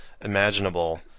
Imaginable